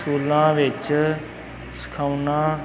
ਸਕੂਲਾਂ ਵਿੱਚ ਸਿਖਾਉਣਾ